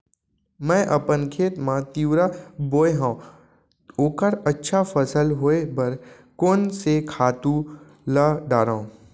मैं अपन खेत मा तिंवरा बोये हव ओखर अच्छा फसल होये बर कोन से खातू ला डारव?